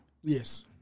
Yes